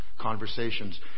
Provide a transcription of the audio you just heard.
conversations